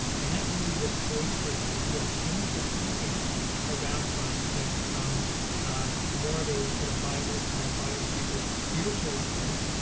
and that really displaced this idea changed our thinking around chronic pain from more of a sort of what we call a bio psycho spiritual approach,